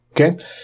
Okay